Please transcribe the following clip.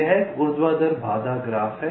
यह एक ऊर्ध्वाधर बाधा ग्राफ है